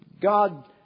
God